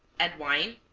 add wine,